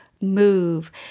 move